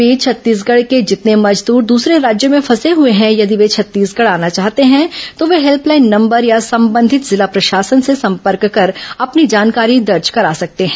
इस बीच छत्तीसगढ़ के जितने मजदूर दूसरे राज्यों में फंसे हुए हैं यदि वे छत्तीसगढ़ आना चाहते हैं तो वे हेल्पलाइन नंबर या संबंधित जिला प्रशासन से संपर्क कर अपनी जानकारी दर्ज करा सकते हैं